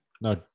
No